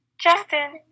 Justin